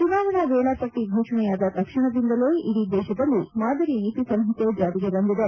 ಚುನಾವಣಾ ವೇಳಾಪಟ್ಟ ಘೋಷಣೆಯಾದ ತಕ್ಷಣದಿಂದಲೇ ಇಡೀ ದೇಶದಲ್ಲಿ ಮಾದರಿ ನೀತಿ ಸಂಹಿತೆ ಜಾರಿಗೆ ಬಂದಿದೆ